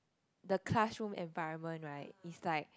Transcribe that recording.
the classroom environment right is like